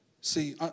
See